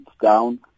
down